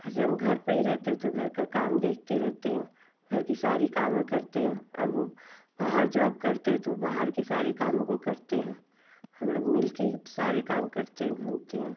ऐसे हम घर पर ही रहते हैं तो घर का काम देखते रहते हैं घर कि सारी कामें करते हैं वो और वो बाहर जॉब करते हैं तो बाहर के सारे कामों को करते हैं हम लोग मिल कर ही सारे काम करते हैं घूमते हैं हम